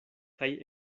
kaj